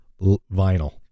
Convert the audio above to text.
vinyl